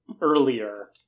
earlier